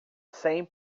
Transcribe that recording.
sem